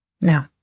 No